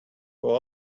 who